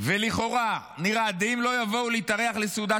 ולכאורה נראה דאם לא יבואו להתארח לסעודת